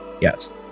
Yes